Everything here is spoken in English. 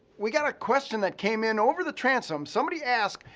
we got a question that came in over the transom. somebody asked,